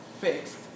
fixed